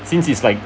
since it's like